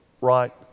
right